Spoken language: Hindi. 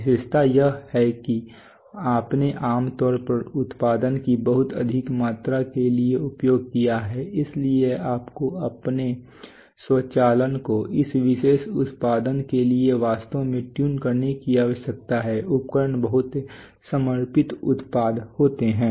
विशेषताएं यह हैं कि आपने आमतौर पर उत्पादन की बहुत अधिक मात्रा के लिए उपयोग किया है इसलिए आपको अपने स्वचालन को उस विशेष उत्पादन के लिए वास्तव में ट्यून करने की आवश्यकता है उपकरण बहुत समर्पित उत्पाद होते हैं